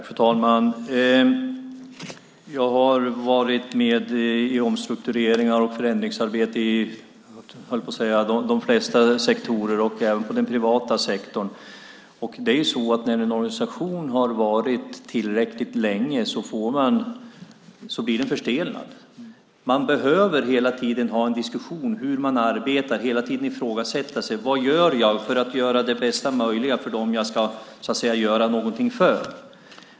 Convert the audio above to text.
Fru talman! Jag har varit med i omstruktureringar i de flesta sektorer, skulle jag säga, även i den privata sektorn. När en organisation har funnits tillräckligt länge blir den förstelnad. Man behöver hela tiden ha en diskussion om hur man arbetar. Man behöver hela tiden ifrågasätta sig själv: Vad gör jag för att göra det bästa möjliga för dem jag ska göra något för?